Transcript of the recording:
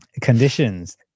conditions